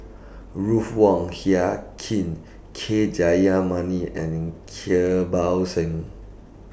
Ruth Wong Hie King K Jayamani and Kirpal Singh